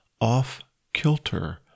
off-kilter